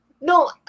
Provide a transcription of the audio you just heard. No